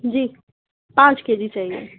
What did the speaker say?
جی پانچ K G چاہیے